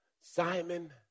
Simon